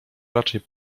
raczej